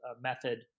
method